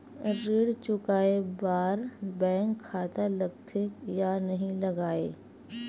ऋण चुकाए बार बैंक खाता लगथे या नहीं लगाए?